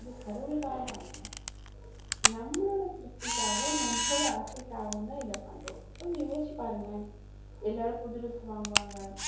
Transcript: இது கடவுளுக்காக பண்ணலை நம்மளோட திருப்திக்காகவும் நம்மளோட ஆசைக்காகவும் தான் இதை பண்ணுறோம் கொஞ்சம் யோசித்து பாருங்களேன் எல்லோரும் புது ட்ரெஸ்ஸு வாங்குவாங்க